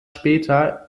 später